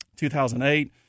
2008